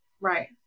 Right